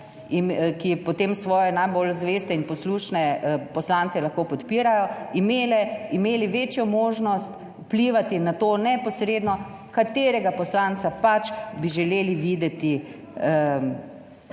ki potem svoje najbolj zveste in poslušne poslance lahko podpirajo, imele, imeli večjo možnost vplivati na to neposredno, katerega poslanca pač bi želeli videti v